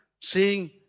seeing